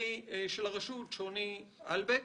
המשפטי של הרשות שוני אלבק